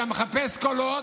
למה אתה מסמיק כל כך?